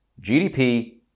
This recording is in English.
GDP